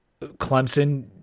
Clemson